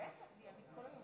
בטח, כי אני כל הזמן מתלוננת.